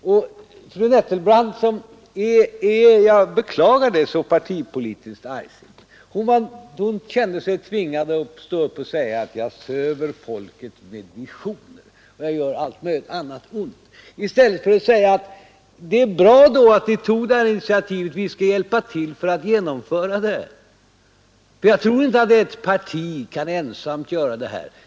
Fru Nettelbrandt som är så partipolitiskt argsint — jag beklagar det — kände sig tvingad att stå upp och säga att jag söver folket med visioner och gör allt möjligt annat ont, i stället för att säga: ”Det är bra att ni tog det här initiativet. Vi skall hjälpa till för att fullfölja det.” Jag tror inte att ett parti ensamt kan göra det.